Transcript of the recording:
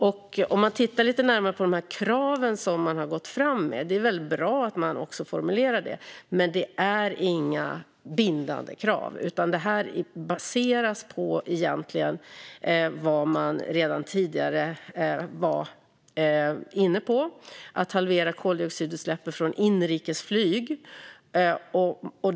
Om man tittar lite närmare på de franska kraven - och det är bra att man formulerar sådana - ser man att det inte är några bindande krav. De är egentligen baserade på vad man redan tidigare var inne på: att halvera koldioxidutsläppen från inrikesflyg.